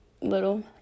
little